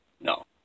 No